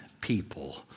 people